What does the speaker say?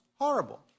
horrible